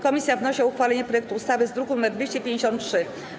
Komisja wnosi o uchwalenie projektu ustawy z druku nr 253.